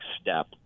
step